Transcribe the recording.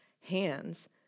hands